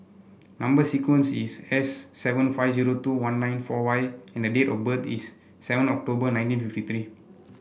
number sequence is S seven five zero two one nine four Y and date of birth is seven October nineteen fifty three